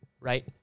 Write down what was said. right